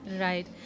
Right